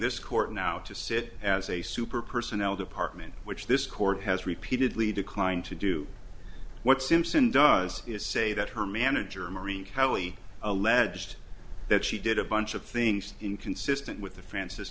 this court now to sit as a super personnel department which this court has repeatedly declined to do what simpson does is say that her manager marine kelly alleged that she did a bunch of things inconsistent with the f